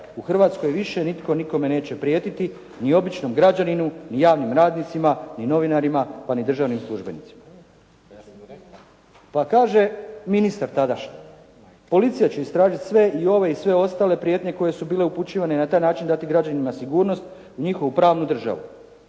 U Hrvatskoj više nitko nikome neće prijetiti, ni običnom građaninu ni javnim radnicima, ni novinarima pa ni državnim službenicima. Pa kaže ministar tadašnji, policija će istražiti sve i ove i ostale prijetnje koje su bile upućivane i na taj način dati građanima sigurnost u njihovu pravnu državu.